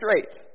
straight